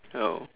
oh